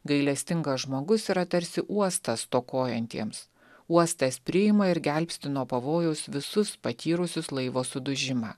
gailestingas žmogus yra tarsi uostas stokojantiems uostas priima ir gelbsti nuo pavojaus visus patyrusius laivo sudužimą